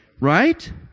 Right